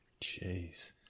jeez